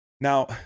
Now